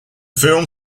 film